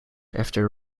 after